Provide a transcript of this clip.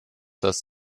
das